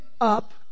up